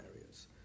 areas